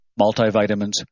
multivitamins